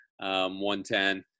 110